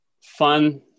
Fun